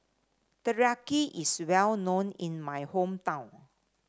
teriyaki is well known in my hometown